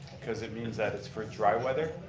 cause it means that it's for dry weather?